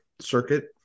circuit